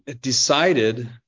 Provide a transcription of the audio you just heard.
decided